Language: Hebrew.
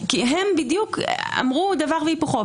הם אמרו בדיוק דבר והיפוכו.